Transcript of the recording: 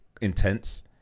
intense